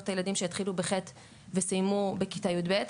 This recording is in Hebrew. את הילדים שהתחילו בכיתה ח' וסיימו בכיתה יב',